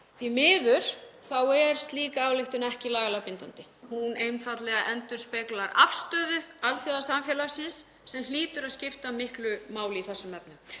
Því miður er slík ályktun ekki lagalega bindandi. Hún endurspeglar einfaldlega afstöðu alþjóðasamfélagsins sem hlýtur að skipta miklu máli í þessum efnum.